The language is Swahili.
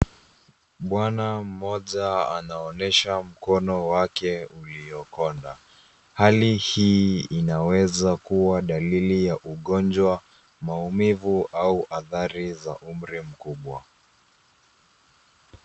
Bwana mmoja anaonyesha mkono wake uliokonda. Hali hii inaweza kuwa dalili ya ugonjwa, maumivu au adhari za umri mkubwa.